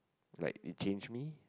like it change me